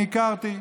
אני הכרתי.